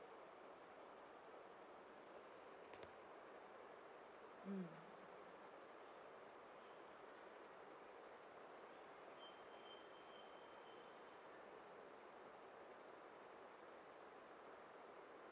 mm